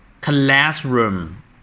Classroom